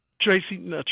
Tracy